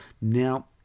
now